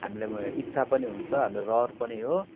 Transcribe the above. हामीलाई अब इच्छा पनि हुन्छ हाम्रो रहर पनि हो